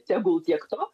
tegul tiek to